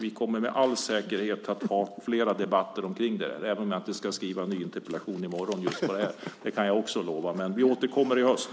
Vi kommer med all säkerhet att ha fler debatter om detta även om jag inte ska skriva en ny interpellation i morgon. Vi återkommer i höst!